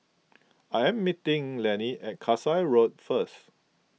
I am meeting Lanny at Kasai Road first